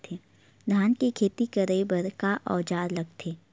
धान के खेती करे बर का औजार लगथे?